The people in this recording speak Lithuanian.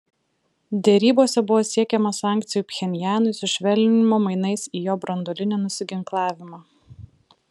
derybose buvo siekiama sankcijų pchenjanui sušvelninimo mainais į jo branduolinį nusiginklavimą